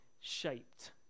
shaped